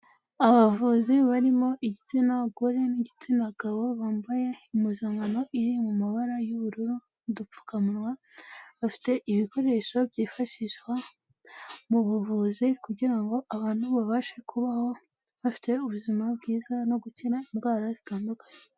Abavuzi barimo, igitsina gore n'igitsina gabo, bambaye impuzankano iri mu mabara y'ubururu, udupfukawa, bafite ibikoresho byifashishwa mu buvuzi, kugira ngo abantu babashe kubaho bafite ubuzima bwiza no gukira indwara zitandukanye.